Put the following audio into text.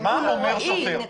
זה נוראי.